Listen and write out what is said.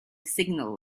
signal